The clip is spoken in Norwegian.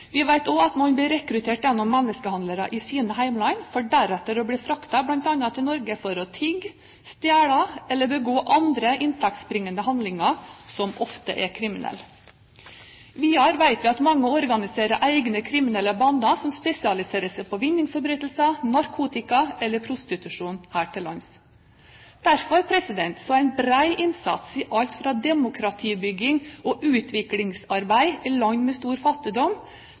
Vi vet også at noen blir rekruttert gjennom menneskehandlere i sitt hjemland, for deretter å bli fraktet bl.a. til Norge for å tigge, stjele eller begå andre inntektsbringende handlinger som ofte er kriminelle. Videre vet vi at mange organiserer egne kriminelle bander som spesialiserer seg på vinningsforbrytelser, narkotika eller prostitusjon her til lands. Derfor er en bred innsats i alt fra demokratibygging og utviklingsarbeid i land med stor fattigdom